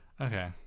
Okay